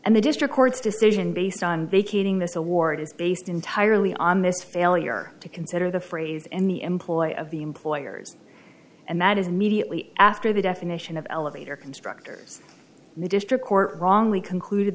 and the district court's decision based on vacating this award is based entirely on this failure to consider the phrase in the employ of the employers and that is mediately after the definition of elevator constructors the district court wrongly concluded